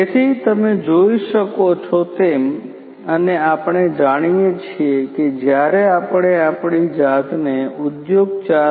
તેથી તમે જોઈ શકો છો તેમ અને આપણે જાણીએ છીએ કે જ્યારે આપણે આપણી જાતને ઉદ્યોગ 4